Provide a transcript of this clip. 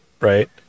Right